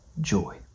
joy